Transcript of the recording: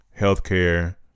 healthcare